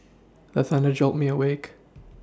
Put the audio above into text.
the thunder jolt me awake